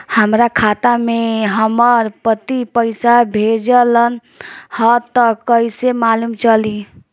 हमरा खाता में हमर पति पइसा भेजल न ह त कइसे मालूम चलि?